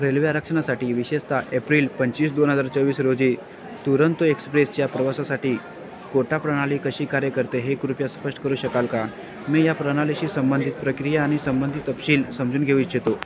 railway आरक्षणासाठी विशेषत April पंचवीस दोन हजार चोवीस रोजी दुरंतो एक्सप्रेसच्या प्रवासासाठी कोटा प्रणाली कशी कार्य करते हे कृपया स्पष्ट करू शकाल का मी या प्रणालीशी संबंधित प्रक्रिया आणि संबंधित तपशील समजून घेऊ इच्छितो